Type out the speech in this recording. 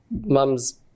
mum's